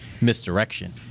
misdirection